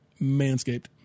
Manscaped